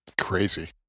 Crazy